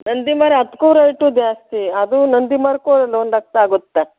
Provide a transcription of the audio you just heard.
ನಂದಿ ಮರ ಅದಕ್ಕು ರೇಟು ಜಾಸ್ತಿ ಅದು ನಂದಿ ಮರಕ್ಕು ಒಂದು ಲಕ್ಷ ಆಗುತ್ತೆ